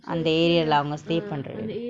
அந்த:andtha area lah அவங்க:avanga stay பண்றது:panrathu